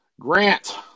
Grant